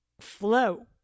flow